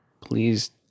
please